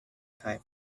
type